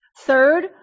Third